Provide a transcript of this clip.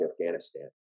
Afghanistan